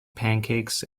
pancakes